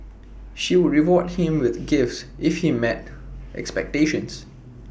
she would reward him with gifts if he met expectations